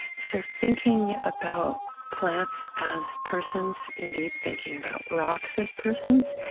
so thinking about plants as persons, indeed, thinking about rocks as persons,